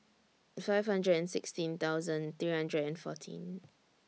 five hundred and sixteen thousand three hundred and fourteen